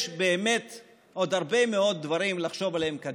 יש באמת עוד הרבה מאוד דברים לחשוב עליהם קדימה,